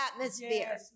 atmosphere